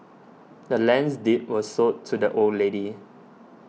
the land's deed was sold to the old lady